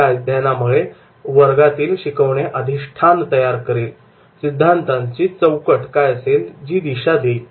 अशा अध्ययनामध्ये वर्गातील शिकवणे अधिष्ठान तयार करेल सिद्धांताची चौकट असेल जी दिशा देईल